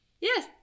Yes